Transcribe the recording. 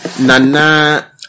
Nana